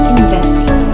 investing